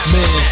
Man